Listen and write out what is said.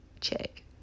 check